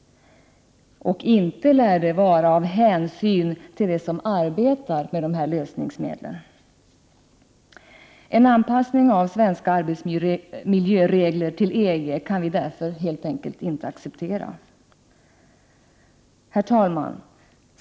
Inte lär det vara av hänsyn till dem som arbetar med lösningsmedel! En anpassning av svenska arbetsmiljöregler till EG kan vi därför helt enkelt inte acceptera. Herr talman!